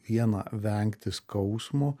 viena vengti skausmo